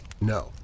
no